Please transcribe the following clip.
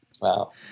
Wow